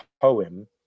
poem